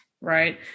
right